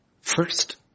first